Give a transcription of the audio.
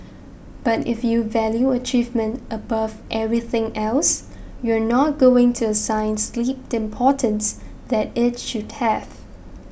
but if you value achievement above everything else you're not going to assign sleep the importance that it should have